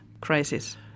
crisis